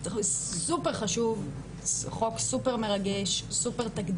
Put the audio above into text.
זה חוק סופר חשוב, חוק סופר מרגש, סופר תקדימי,